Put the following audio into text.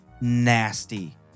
nasty